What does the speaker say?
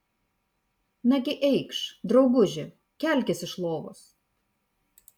nagi eikš drauguži kelkis iš lovos